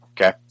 Okay